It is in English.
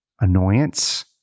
annoyance